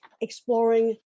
exploring